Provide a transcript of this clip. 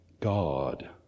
God